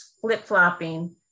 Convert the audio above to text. flip-flopping